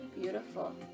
beautiful